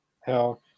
hell